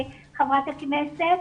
חברת הכנסת.